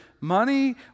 money